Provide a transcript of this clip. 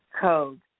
Code